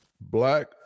Black